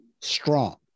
strong